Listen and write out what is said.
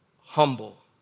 Humble